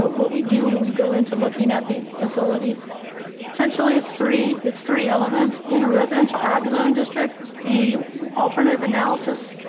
what we do when we go into looking at these facilities essentially is three it's, three elements in a residential ag zone district. the alternative analysis,